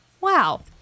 Wow